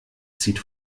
zieht